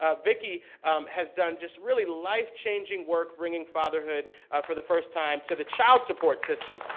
ah vicki has done just really life changing work bringing fatherhood for the first time to the child support system.